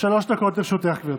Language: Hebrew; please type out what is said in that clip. שלוש דקות לרשותך, גברתי.